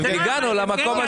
וב-2021 הגענו למקום השני.